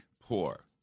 poor